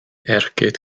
ergyd